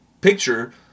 picture